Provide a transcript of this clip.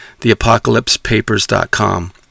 theapocalypsepapers.com